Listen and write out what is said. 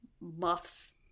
muffs